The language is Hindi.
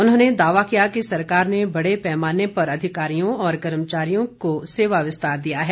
उन्होंने दावा किया कि सरकार ने बड़े पेमाने पर अधिकारियों और कर्मचारियों को सेवा विस्तार दिया है